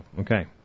Okay